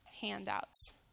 handouts